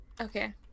Okay